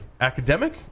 Academic